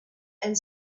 and